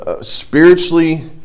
spiritually